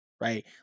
right